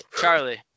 Charlie